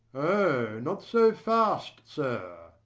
o, not so fast, sir!